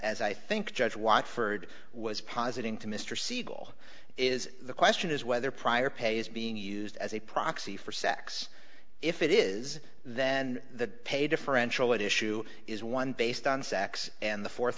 as i think judge white furred was positing to mr siegel is the question is whether prior pay is being used as a proxy for sex if it is then the pay differential at issue is one based on sex and the fourth